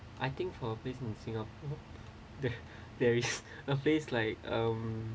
I think for a place in singapore that there is a place like um